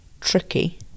tricky